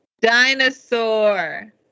Dinosaur